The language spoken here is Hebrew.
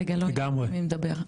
תודה רבה.